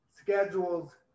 schedules